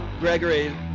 Gregory